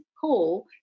call